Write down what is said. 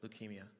leukemia